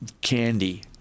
candy